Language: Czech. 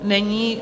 Není.